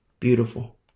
Beautiful